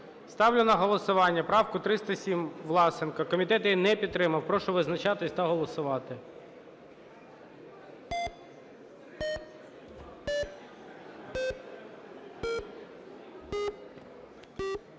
Ставлю на голосування правку 307 Власенка, комітет її не підтримав. Прошу визначатися та голосувати.